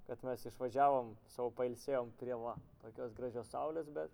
kad mes išvažiavom sau pailsėjom prie va tokios gražios saulės bet